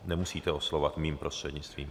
Nemusíte oslovovat mým prostřednictvím.